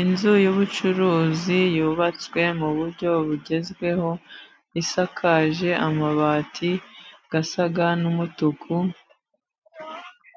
Inzu y’ubucuruzi yubatswe mu buryo bugezweho, isakaje amabati asa n’umutuku.